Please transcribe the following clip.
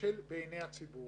מבקר המדינה ונציב תלונות הציבור